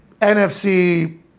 NFC –